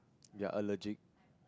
ya allergic